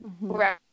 Right